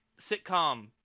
sitcom